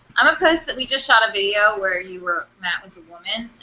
i'ma post that we just shot a video where you were, matt was a woman.